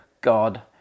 God